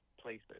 places